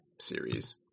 series